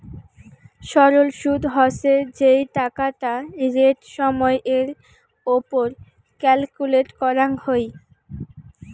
সরল সুদ হসে যেই টাকাটা রেট সময় এর ওপর ক্যালকুলেট করাঙ হই